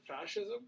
fascism